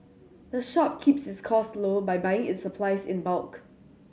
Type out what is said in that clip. the shop keeps its cost low by buying its supplies in bulk